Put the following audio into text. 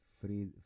free